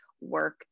work